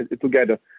together